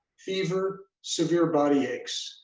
fever, severe body aches,